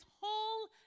whole